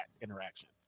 interaction